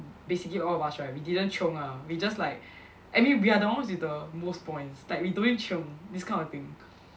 basically all of us right we didn't chiong ah we just like anyway we are the ones with the most points like we don't need chiong this kind of thing